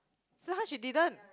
Si-Han she didn't